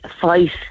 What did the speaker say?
fight